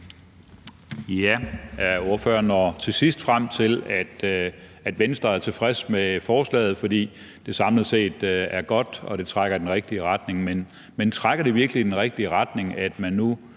(DD): Ordføreren når til sidst frem til, at Venstre er tilfreds med forslaget, fordi det samlet set er godt og det trækker i den rigtige retning. Men trækker det virkelig i den rigtige retning, at man nu